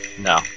No